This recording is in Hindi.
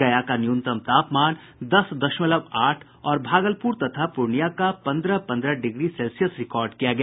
गया का न्यूनतम तापमान दस दशमलव आठ और भागलपूर तथा पूर्णियां का पन्द्रह पन्द्रह डिग्री सेल्सियस रिकार्ड किया गया